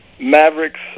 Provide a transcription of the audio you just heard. Mavericks